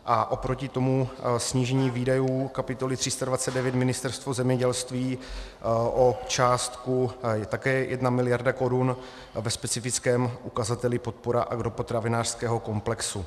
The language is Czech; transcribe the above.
A oproti tomu snížení výdajů kapitoly 329 Ministerstvo zemědělství o částku také 1 mld. korun a ve specifickém ukazateli podpora agropotravinářského komplexu.